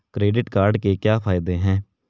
Credit card के क्या फायदे हैं?